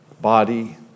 body